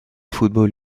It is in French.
football